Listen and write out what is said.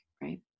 right